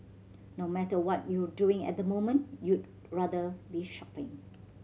no matter what you're doing at the moment you'd rather be shopping